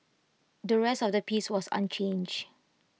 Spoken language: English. the rest of the piece was unchanged